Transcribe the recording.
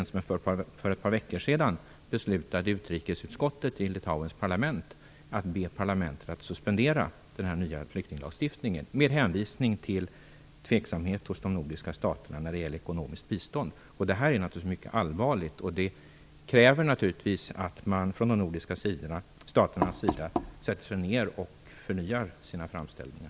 För ett par veckor sedan beslutade utrikesutskottet i Litauens parlament att be parlamentet att suspendera den nya flyktinglagstiftningen med hänvisning till tveksamhet hos de nordiska staterna när det gäller ekonomiskt bistånd. Det här är naturligtvis mycket allvarligt, och det kräver att man i de nordiska staterna sätter sig ner och förnyar sina framställningar.